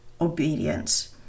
obedience